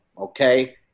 Okay